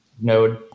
Node